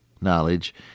knowledge